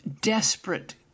desperate